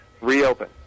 reopen